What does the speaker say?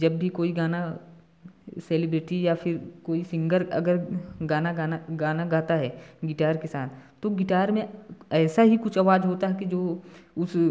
जब भी कोई गाना सेलिब्रिटी या फिर कोई सिंगर अगर गाना गाना गाना गाता है गिटार के साथ तो गिटार में ऐसा ही कुछ आवाज होता है कि जो उस